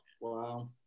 Wow